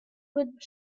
good